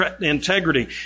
integrity